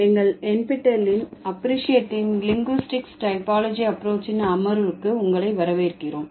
எங்கள் NPTEL ன் appreciating linguistics typology ஆஃப்ரோச்சின் அமர்வுக்கு உங்களை வரவேற்கிறோம்